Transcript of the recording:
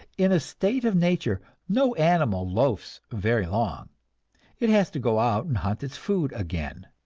in a state of nature no animal loafs very long it has to go out and hunt its food again.